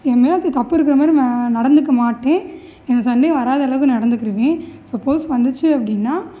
என் மேல் தி தப்பு இருக்கிற மாதிரி நடந்துக்க மாட்டேன் எந்த சண்டையும் வராத அளவுக்கு நான் நடந்துக்கிடுவேன் சப்போஸ் வந்துச்சு அப்படின்னா